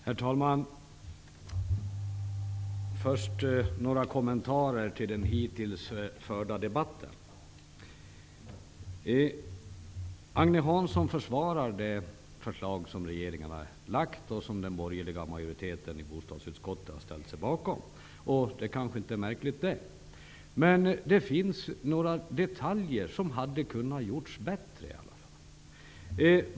Herr talman! Först några kommentarer till den hittills förda debatten. Agne Hansson försvarar det förslag som regeringen framlagt och som den borgerliga majoriteten i bostadsutskottet har ställt sig bakom. Det kanske inte är så märkligt. Men det finns några detaljer som kunde ha gjorts bättre.